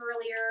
earlier